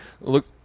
look